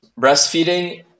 breastfeeding